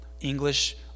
English